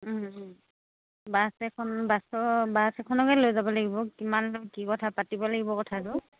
bus এখন bus bus এখনকে লৈ যাব লাগিব কিমান কি কথা পাতিব লাগিব কথাটো